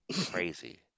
crazy